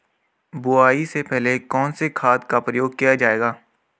बुआई से पहले कौन से खाद का प्रयोग किया जायेगा?